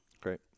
Great